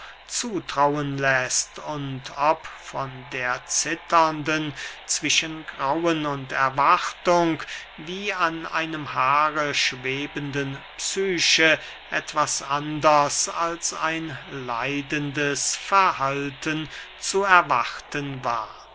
zutrauen läßt und ob von der zitternden zwischen grauen und erwartung wie an einem haare schwebenden psyche etwas anders als ein leidendes verhalten zu erwarten war